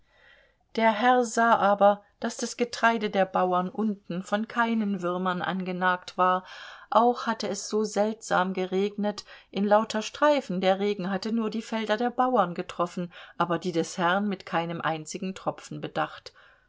der herr sah aber daß das getreide der bauern unten von keinen würmern angenagt war auch hatte es so seltsam geregnet in lauter streifen der regen hatte nur die felder der bauern getroffen aber die des herrn mit keinem einzigen tropfen bedacht